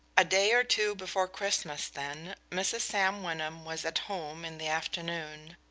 a day or two before christmas, then, mrs. sam wyndham was at home in the afternoon.